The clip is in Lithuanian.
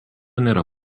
nėra